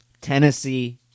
Tennessee